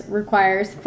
requires